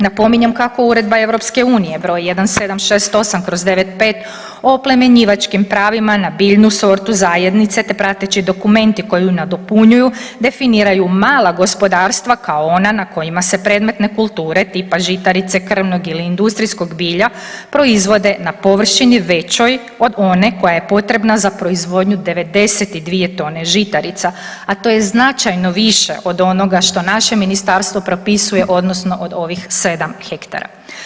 Napominjem kako Uredba EU br. 1768/95 o oplemenjivačkim pravima na biljnu sortu zajednice te prateći dokumenti koji ju nadopunjuju definiraju mala gospodarstva kao ona na kojima se predmetne kulture tipa žitarice krvnog ili industrijskog bilja proizvode na površini većoj od one koja je potrebna za proizvodnju 92 tone žitarica, a to je značajno više od onoga što naše Ministarstvo propisuje, odnosno od ovih 7 hektara.